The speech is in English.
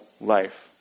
life